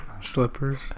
Slippers